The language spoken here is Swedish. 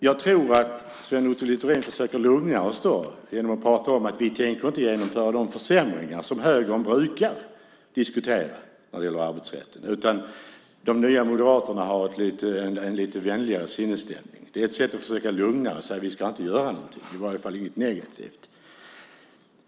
Jag tror att Sven Otto Littorin försöker lugna oss genom att prata om att man inte tänker genomföra de försämringar som högern brukar diskutera när det gäller arbetsrätten. De nya Moderaterna har en lite vänligare sinnesstämning. Det är ett sätt att försöka lugna oss att säga: Vi ska inte göra någonting - i varje fall inget negativt.